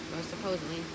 supposedly